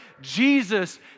Jesus